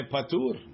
Patur